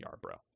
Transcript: Yarbrough